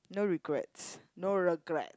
no regrets no regret